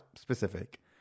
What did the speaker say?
specific